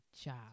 job